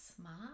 smart